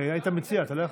היית מציע, אתה לא יכול.